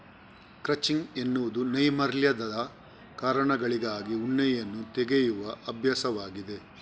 crutching ಎನ್ನುವುದು ನೈರ್ಮಲ್ಯದ ಕಾರಣಗಳಿಗಾಗಿ ಉಣ್ಣೆಯನ್ನು ತೆಗೆಯುವ ಅಭ್ಯಾಸವಾಗಿದೆ